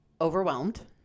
overwhelmed